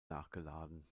nachgeladen